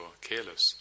careless